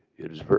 it is